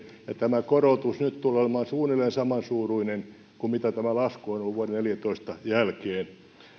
ja tämä korotus nyt tulee olemaan suunnilleen saman suuruinen kuin mitä tämä lasku on ollut vuoden neljätoista jälkeen